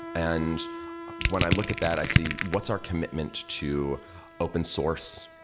and when i look at that, i see what's our commitment to open source,